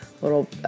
little